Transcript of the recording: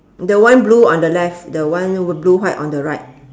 the one blue on the left the one blue white on the right